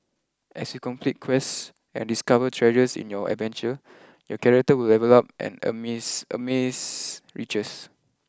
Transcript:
as you complete quests and discover treasures in your adventure your character will level up and amass amass riches